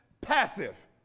passive